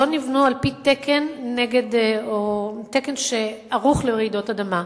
לא נבנו על-פי תקן שערוך לרעידות אדמה,